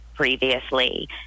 Previously